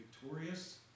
victorious